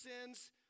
sins